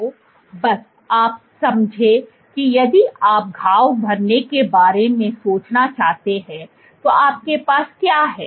तो बस आप समझे कि यदि आप घाव भरने के बारे में सोचना चाहते हैं तो आपके पास क्या है